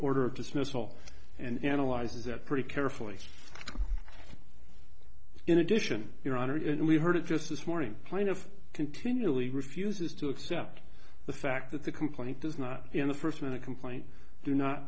order of dismissal and analyzes it pretty carefully in addition your honor and we heard it just this morning plaintiff continually refuses to accept the fact that the complaint is not in the first when the complaint do not